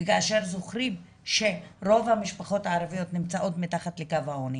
וכאשר זוכרים שרוב המשפחות הערביות נמצאות מתחת לקו העוני